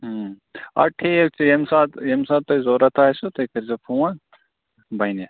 اَدٕ ٹھیٖک تہٕ ییٚمہِ ساتہٕ ییٚمہِ ساتہٕ تۄہہِ ضروٗرت آسوٕ تُہۍ کٔرۍ زیٛو فون بنہِ